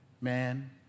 Man